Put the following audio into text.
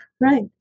right